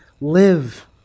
live